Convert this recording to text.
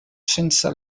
sense